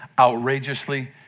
outrageously